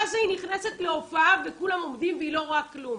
מה זה היא נכנסת להופעה וכולם עומדים והיא לא רואה כלום?